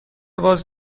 باز